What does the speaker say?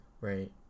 right